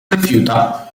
rifiuta